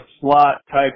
slot-type